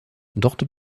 dort